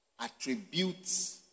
attributes